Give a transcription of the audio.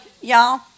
y'all